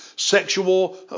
sexual